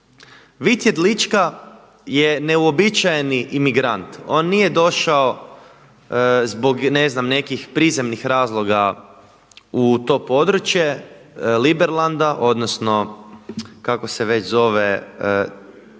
Vit Jedlička je neuobičajeni imigrant, on nije došao zbog ne znam nekih prizemnih razloga u to područje Liberlanda odnosno kako se već zove Sige,